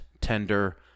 tender